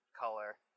color